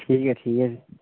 ठीक ऐ ठीक ऐ जी